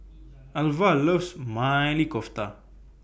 Alvah loves Maili Kofta